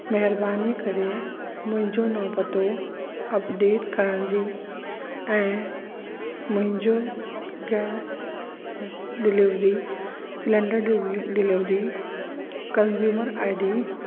महिरबानी करे मुंहिंजो नओं पतो अपडेट करण जी ऐं मुंहिंजो गैस डिलीवरी सिलेंडर डिल डिलीवरी कंज़्यूमर आई डी